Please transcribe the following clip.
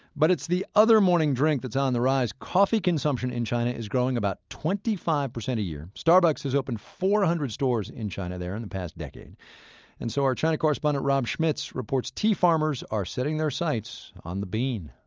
but it's the other morning drink that's on the rise. coffee consumption in china is growing about twenty five percent a year. starbucks has opened four hundred stores in china in and the past decade and so our china correspondent rob schmitz reports tea farmers are setting their sights on the bean